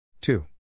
two